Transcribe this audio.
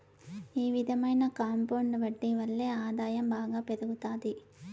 ఈ విధమైన కాంపౌండ్ వడ్డీ వల్లే ఆదాయం బాగా పెరుగుతాది